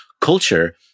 culture